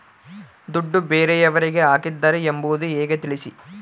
ದುಡ್ಡು ಬೇರೆಯವರಿಗೆ ಹಾಕಿದ್ದಾರೆ ಎಂಬುದು ಹೇಗೆ ತಿಳಿಸಿ?